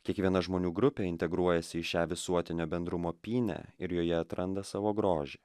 kiekviena žmonių grupė integruojasi į šią visuotinio bendrumo pynę ir joje atranda savo grožį